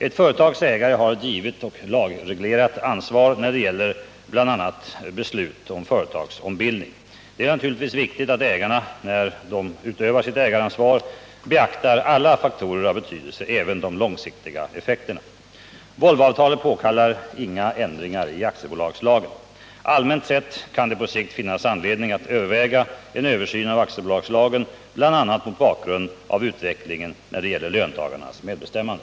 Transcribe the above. Ett företags ägare har ett givet och lagreglerat ansvar när det gäller bl.a. beslut om företagsombildning. Det är naturligtvis viktigt att ägarna när de utövar sitt ägaransvar beaktar alla faktorer av betydelse, även de långsiktiga effekterna. Allmänt sett kan det på sikt finnas anledning att överväga en översyn av aktiebolagslagen, bl.a. mot bakgrund av utvecklingen när det gäller löntagarnas medbestämmande.